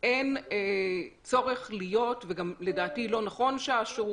ואין שום כוונה להסתתר או לנהוג בחוסר